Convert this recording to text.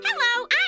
Hello